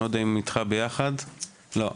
לא יודע אם איתך ביחד לא,